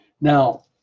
Now